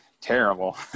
Terrible